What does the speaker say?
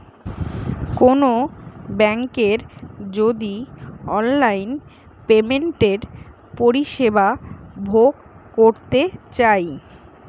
কোনো বেংকের যদি অনলাইন পেমেন্টের পরিষেবা ভোগ করতে চাই